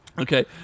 Okay